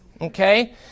Okay